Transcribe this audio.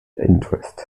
interest